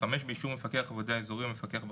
באישור מפקח עבודה אזורי או מפקח בכיר,